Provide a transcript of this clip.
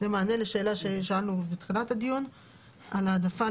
זה במענה לשאלה ששאלנו בתחילת הדיון על העדפה